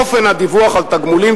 אופן דיווח על תגמולים,